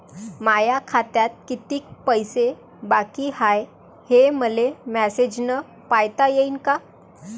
माया खात्यात कितीक पैसे बाकी हाय, हे मले मॅसेजन पायता येईन का?